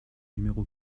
numéro